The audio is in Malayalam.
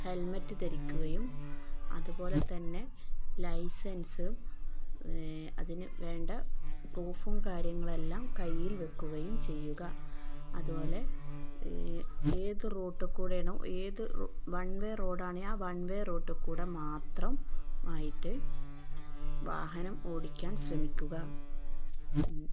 ഹെൽമെറ്റ് ധരിക്കുകയും അതുപോലെ തന്നെ ലൈസൻസ് അതിനു വേണ്ട പ്രൂഫും കാര്യങ്ങളെല്ലാം കയ്യിൽ വയ്ക്കുകയും ചെയ്യുക അതുപോലെ ഏത് റൂട്ട് കൂടെയാണോ ഏത് വൺ വേ റോഡാണെങ്കില് ആ വൺ വേ റൂട്ട് കൂടെ മാത്രം ആയിട്ട് വാഹനം ഓടിക്കാൻ ശ്രമിക്കുക